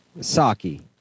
Saki